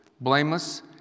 blameless